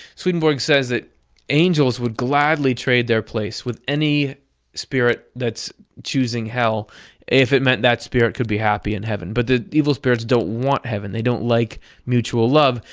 swedenborg says that angels would gladly trade their place with any spirit that's choosing hell if it meant that spirit could be happy in heaven. but the evil spirits don't want heaven. they don't like mutual love,